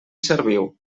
serviu